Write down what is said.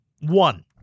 one